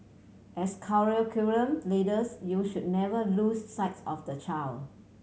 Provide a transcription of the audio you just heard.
as curriculum leaders you should never lose sights of the child